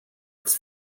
its